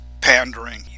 pandering